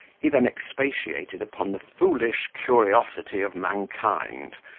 he then expatiated upon the foolish curiosity of mankind,